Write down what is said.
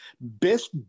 best